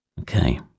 Okay